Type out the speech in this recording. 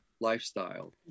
lifestyle